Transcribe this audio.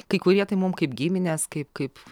kai kurie tai mum kaip giminės kaip kaip